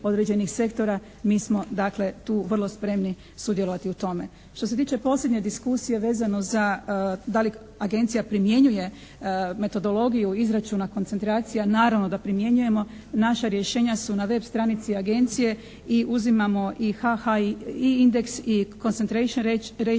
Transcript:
dakle tu vrlo spremni sudjelovati u tome. Što se tiče posljednje diskusije vezano za da li Agencija primjenjuje metodologiju izračuna koncentracija. Naravno da primjenjujemo. Naša rješenja su na web stranici Agencije i uzimamo i HH i indeks i …/Govornik se